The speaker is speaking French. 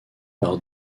par